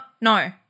no